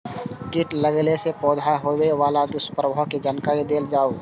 कीट लगेला से पौधा के होबे वाला दुष्प्रभाव के जानकारी देल जाऊ?